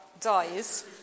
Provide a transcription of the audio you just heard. dies